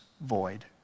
void